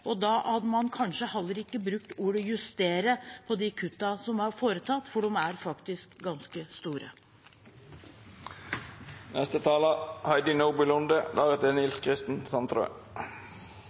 og da hadde man kanskje heller ikke brukt ordet «justere» om de kuttene som er foretatt, for de er faktisk ganske store.